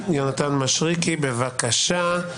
יונתן משריקי, בבקשה.